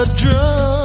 drum